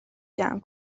جمع